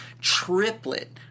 triplet